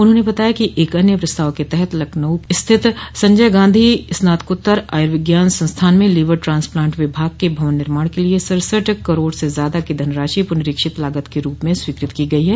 उन्होंने बताया कि एक अन्य प्रस्ताव के तहत लखनऊ स्थित संजय गांधी स्नातकोत्तर आयुर्विज्ञान संस्थान में लीवर ट्रांस प्लांट विभाग के भवन निर्माण के लिए सड़सठ करोड़ से ज्यादा की धनराशि पुनरीक्षित लागत के रूप में स्वीकृत की गई है